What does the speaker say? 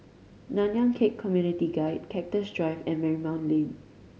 Nanyang Khek Community Guild Cactus Drive and Marymount Lane